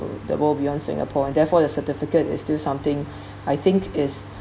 the world beyond singapore and therefore the certificate is still something I think is